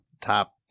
top